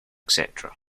cetera